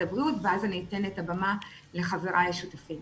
הבריאות ואז אתן את הבמה לחבריי השותפים.